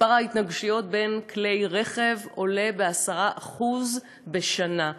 מספר ההתנגשויות בין כלי רכב עולה ב-10% בשנה,